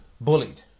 bullied